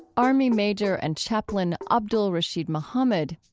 army major and chaplain abdul-rasheed muhammad.